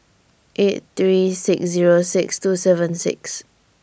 eight three six Zero six two seven six